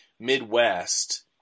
Midwest